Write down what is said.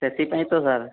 ସେଥିପାଇଁ ତ ସାର୍